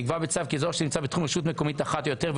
לקבוע בצו כי באזור שנמצא בתחום רשות מקומית אחת או יותר,